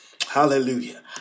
Hallelujah